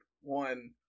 one